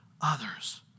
others